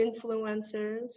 influencers